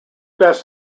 best